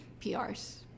PRs